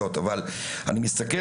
אבל אני לא רוצה היום להתעסק בזה.